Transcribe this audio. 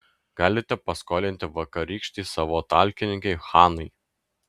galite paskolinti vakarykštei savo talkininkei hanai